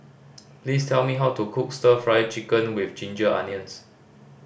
please tell me how to cook Stir Fry Chicken with ginger onions